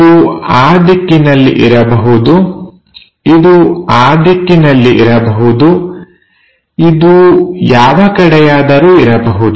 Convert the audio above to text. ಇದು ಆ ದಿಕ್ಕಿನಲ್ಲಿ ಇರಬಹುದು ಇದು ಆ ದಿಕ್ಕಿನಲ್ಲಿ ಇರಬಹುದು ಇದು ಯಾವ ಕಡೆಯಾದರೂ ಇರಬಹುದು